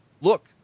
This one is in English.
look